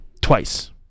Twice